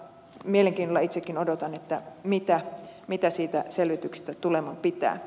mielenkiinnolla itsekin odotan mitä siitä selvityksestä tuleman pitää